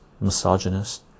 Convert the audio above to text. misogynist